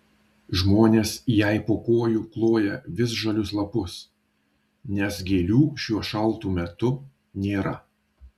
žmonės jai po kojų kloja visžalius lapus nes gėlių šiuo šaltu metu nėra